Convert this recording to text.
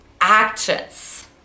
actions